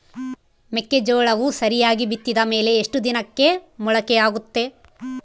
ಮೆಕ್ಕೆಜೋಳವು ಸರಿಯಾಗಿ ಬಿತ್ತಿದ ಮೇಲೆ ಎಷ್ಟು ದಿನಕ್ಕೆ ಮೊಳಕೆಯಾಗುತ್ತೆ?